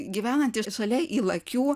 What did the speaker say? gyvenantis šalia ylakių